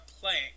playing